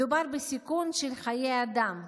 מדובר בסיכון של חיי אדם.